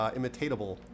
imitatable